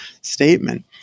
statement